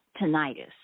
tinnitus